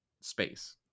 space